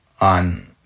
on